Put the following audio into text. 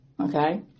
okay